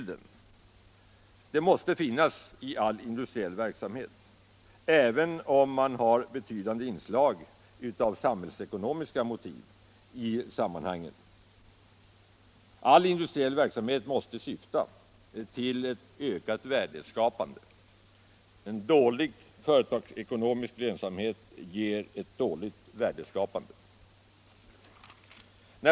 Det måste finnas i all industriell verksamhet, även om det finns betydande inslag av samhällsekonomiska motiv i sammanhanget. All industriell verksamhet måste syfta till ett ökat värdeskapande. En dålig företagsekonomisk lönsamhet ger dåligt värdeskapande.